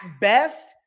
best